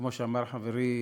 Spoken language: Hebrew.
וכמו שאמר חברי,